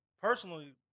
personally